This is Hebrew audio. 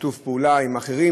בשיתוף פעולה עם אחרים,